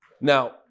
Now